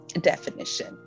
definition